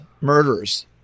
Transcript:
murders